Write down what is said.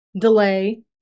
delay